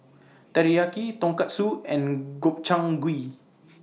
Teriyaki Tonkatsu and Gobchang Gui